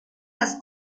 las